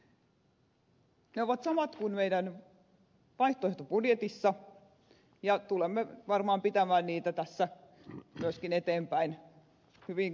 ne ovat samat kuin meidän vaihtoehtobudjetissamme ja tulemme varmaan pitämään niitä tässä myöskin eteenpäin hyvin keskustelussa